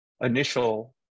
initial